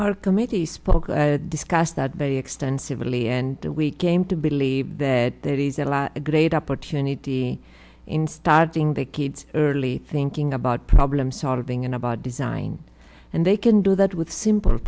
our committee spoke i discussed that very extensively and we came to believe that there is a lot a great opportunity in starting the kids early thinking about problem solving and about design and they can do that with simple